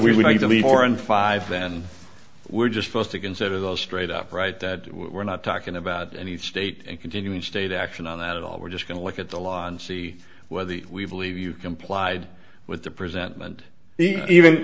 in five then we're just posed to consider those straight up right that we're not talking about any state and continuing state action on that at all we're just going to look at the law and see whether we believe you complied with the present and even